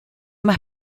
más